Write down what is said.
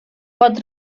pot